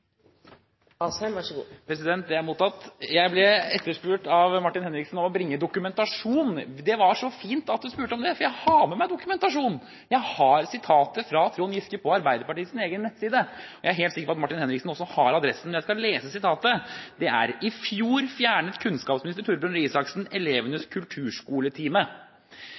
Asheim har hatt ordet to ganger tidligere og får ordet til en kort merknad, begrenset til 1 minutt. Det er mottatt! Jeg ble forespurt av Martin Henriksen om å bringe dokumentasjon. Det var så fint at du spurte om det, for jeg har med meg dokumentasjon – sitatet av Trond Giske ligger på Arbeiderpartiets egen nettside! Jeg er helt sikker på at Martin Henriksen også har den adressen, men jeg skal lese sitatet: «I fjor fjernet kunnskapsminister Torbjørn Røe Isaksen elevenes